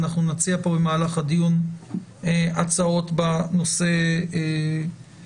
אנחנו נציע כאן במהלך הדיון הצעות בנושא הזה.